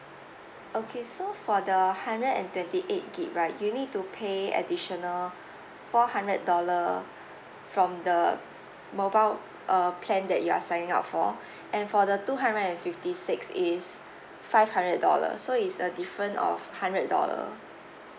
okay so for the hundred and twenty eight gig right you'll need to pay additional four hundred dollar from the mobile uh plan that you are signing up for and for the two hundred and fifty six is five hundred dollar so it's a different of hundred dollar